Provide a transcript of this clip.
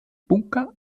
bunker